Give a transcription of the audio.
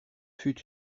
fut